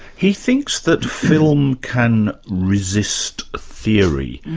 he thinks that film can resist theory.